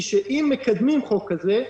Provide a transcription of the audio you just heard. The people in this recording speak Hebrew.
היא שאם מקדמים חוק כזה,